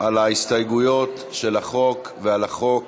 על ההסתייגויות של החוק ולחוק